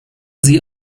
sie